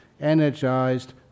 energized